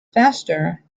faster